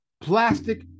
plastic